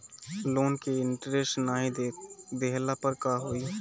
Loan के interest नाही देहले पर का होई?